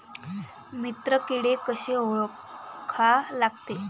मित्र किडे कशे ओळखा लागते?